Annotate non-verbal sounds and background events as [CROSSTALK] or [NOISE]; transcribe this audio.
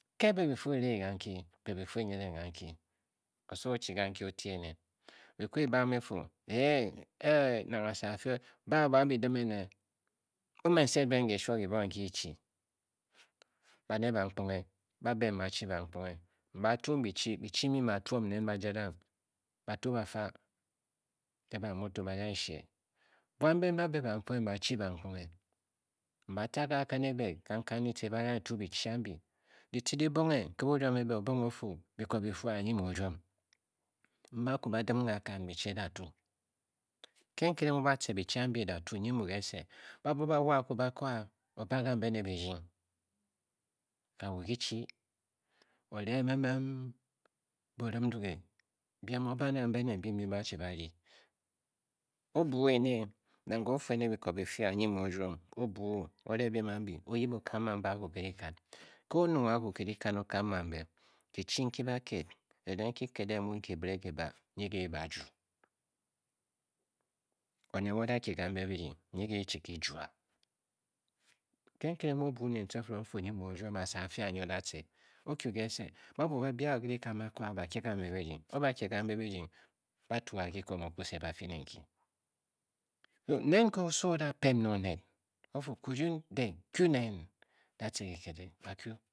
Ke be bi fii ri ganko byi fii bi nyiding kanki oso-ochi kanki ote ene bi kwu bi bam bi fu e e e y e-e nang asa a fii oba abang be dim ene nung mme nsed ben ke-eshuo kibonghe nki ki-chi baned bankponghe ba-be mbe ba chi bankponghe ba-tyung bichi, bichi mbi ba a-tuom nen ba jadang batyu ba fa ke ba a mutu ba dang e-shee bhan mben ba-be bankponghe mbe ba-chi bankponghe ba tca ke akan ebe kangkang ditce ba dang he e-tyu bichi ambi ditcr dibonghe ke burwam ebe, obonghe o-fuu biko bi fii a nyi mu o-rwom mbe akwu ba-dim ke akan bichi ambi eda nyi mu kese ba bua ba wa a kwu ba-koo ai o-ba kambe ne birdying kawu kichi o-re [HESITATION] boo rim nduge biem o ba ga mbe ne mbi m-byi mbe ba chi ba rdyi o-buu ene nang nke o-fu ene biko bi fii a nyi mu oruom o-bu o-re biem ambi o-yip o-kam kambr akwu kr dikan kr o-nyang akwu ke dikan o-kam kambe kichi nki ba\ked eneng ki kede mu nki bire ki ba nyi ke di baa-juu oned mu o-da kye kambe birdying nyi ke dichi di juu a ke nkere mu o-buu ne tcifiring o-fu nyi mu o rwom, asa a fiu a nyi o da tce o-kyu ke se ba bua ba byi akwu ke dikan ba-koo a ba fu o ba kye kambe birdying o-ba kye kambe birdying baa-tyua kikom okuse ba fyi ne nki, nen nke iso o da pem ne oned o:fu kirun dě kyu ne da a tcr kiked e a kyu